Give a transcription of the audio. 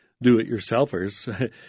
do-it-yourselfers